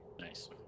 Nice